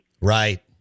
Right